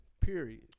Period